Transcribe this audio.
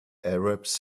arabs